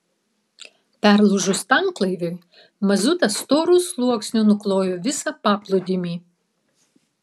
perlūžus tanklaiviui mazutas storu sluoksniu nuklojo visą paplūdimį